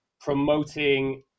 promoting